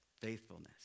faithfulness